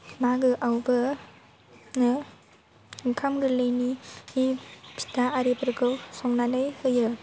मागोआवबो ओंखाम गोरलैनि फिथा आरिफोरखौ संनानै होयो